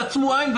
תעצמו עין,